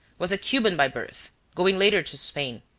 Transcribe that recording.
was a cuban by birth, going later to spain,